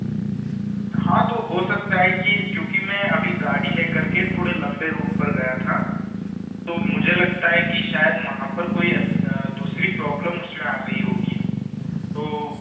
हाँ तो हो सकता है कि क्योंकि मैं अभी गाड़ी लेकर के थोड़े लम्बे रूट पर गया था तो मुझे लगता है कि शायद वहाँ पर कोई दूसरी प्रॉब्लम उसमें आ गई होगी तो